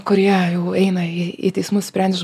kurie jau eina į į teismus sprendžia